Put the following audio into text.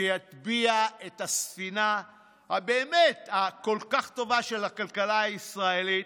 שיטביע את הספינה הבאמת כל כך טובה של הכלכלה הישראלית.